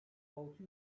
altı